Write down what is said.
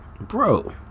Bro